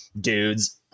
dudes